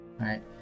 Right